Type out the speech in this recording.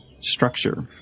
structure